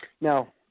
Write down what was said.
Now